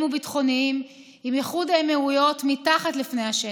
וביטחוניים עם איחוד האמירויות מתחת לפני השטח.